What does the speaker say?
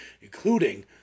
including